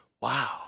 wow